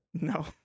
No